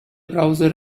browser